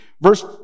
verse